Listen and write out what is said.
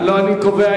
לא אני קובע,